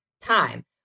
time